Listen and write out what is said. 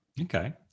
Okay